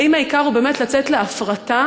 האם העיקר הוא באמת לצאת להפרטה,